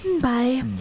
Bye